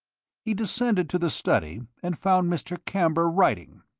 he descended to the study and found mr. camber writing.